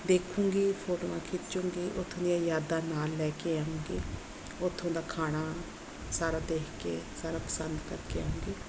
ਦੇਖੂਗੀ ਫੋਟੋਆਂ ਖਿੱਚੂਗੀ ਉੱਥੋਂ ਦੀਆਂ ਯਾਦਾਂ ਨਾਲ ਲੈ ਕੇ ਆਊਗੀ ਉੱਥੋਂ ਦਾ ਖਾਣਾ ਸਾਰਾ ਦੇਖ ਕੇ ਸਾਰਾ ਪਸੰਦ ਕਰਕੇ ਆਊਗੀ